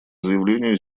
заявлению